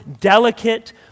delicate